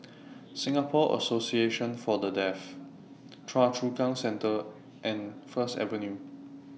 Singapore Association For The Deaf Choa Chu Kang Central and First Avenue